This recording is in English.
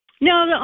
No